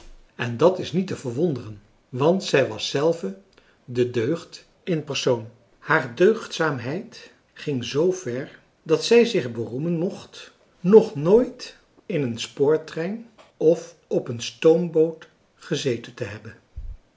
en dat is niet te verwonderen want zij was zelve de deugd in persoon haar deugdzaamheid ging zoover dat zij zich beroemen mocht nog nooit in een spoortrein of op een stoomboot gezeten te hebben